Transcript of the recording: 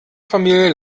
familie